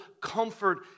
comfort